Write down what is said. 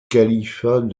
califat